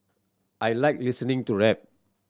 I like listening to rap